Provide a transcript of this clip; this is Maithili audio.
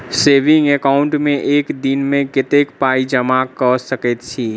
सेविंग एकाउन्ट मे एक दिनमे कतेक पाई जमा कऽ सकैत छी?